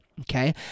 Okay